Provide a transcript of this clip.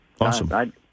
Awesome